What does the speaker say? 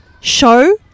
show